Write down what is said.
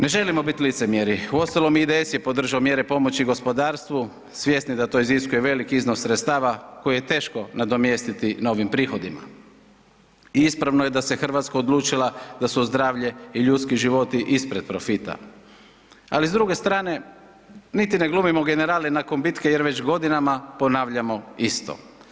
Ne želimo biti licemjeri, uostalom IDS je podržao mjere pomoći gospodarstvu svjesni da to iziskuje velik iznos sredstava koji je teško nadomjestiti novim prihodima i ispravno je da se Hrvatska odlučila da su zdravlje i ljudski životi ispred profita, ali s druge strane niti ne glumimo generale nakon bitke jer već godinama ponavljamo isto.